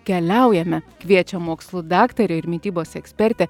keliaujame kviečia mokslų daktarė ir mitybos ekspertė